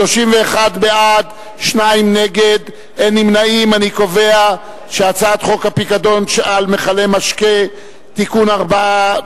ההצעה להעביר את הצעת חוק הפיקדון על מכלי משקה (תיקון מס' 4)